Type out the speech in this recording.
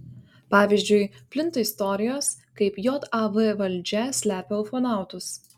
pavyzdžiui plinta istorijos kaip jav valdžia slepia ufonautus